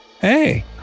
Hey